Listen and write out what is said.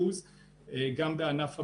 וגם בענף הביצים.